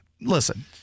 listen